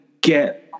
get